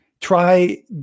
Try